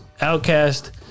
outcast